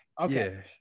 Okay